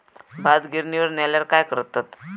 भात गिर्निवर नेल्यार काय करतत?